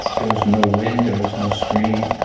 there was no wind. there was no stream.